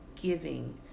giving